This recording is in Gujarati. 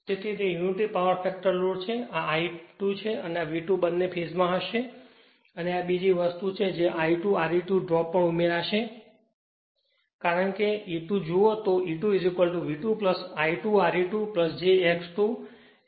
તેથી તે યુનિટી પાવર ફેક્ટર લોડ છે તેથી આ I2 છે અને V2 બંને ફેજ માં હશે અને આ બીજી વસ્તુ છે I2 Re2 ડ્રોપ પણ ઉમેરશે કારણ કે E2 જો જુઓ તો આ E2 V2 I2 Re2 j I2 XE2